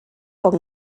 poc